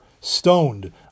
stoned